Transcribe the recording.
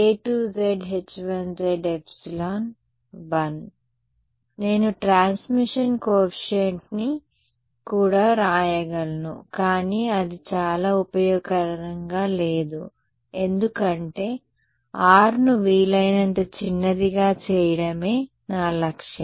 RTM k1zh2z2k2zh1z1 నేను transmission కోఎఫీషియంట్ని కూడా వ్రాయగలను కానీ అది చాలా ఉపయోగకరంగా లేదు ఎందుకంటే R ను వీలైనంత చిన్నదిగా చేయడమే నా లక్ష్యం